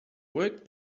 work